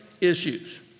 issues